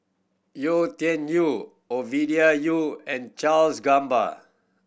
Yau Tian Yau Ovidia Yau and Charles Gamba